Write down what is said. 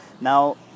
now